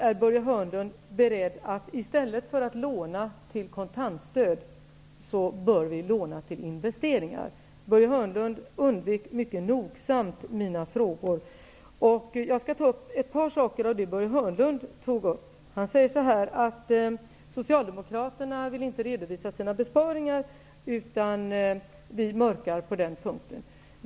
Är Börje Hörnlund beredd att, i stället för att låna till kontantstöd, låna till investeringar? Börje Hörnlund undvek mycket nogsamt mina frågor. Jag skall så ta upp ett par av de saker som Börje Hörnlund berörde. Han säger: Socialdemokraterna vill inte redovisa sina besparingar utan mörkar på den punkten.